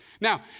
Now